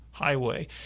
highway